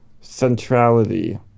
centrality